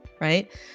right